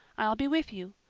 i'll be with you.